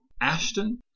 Ashton